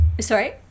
Sorry